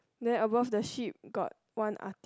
then above the sheep got one artist